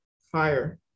fire